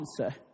answer